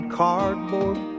cardboard